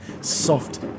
soft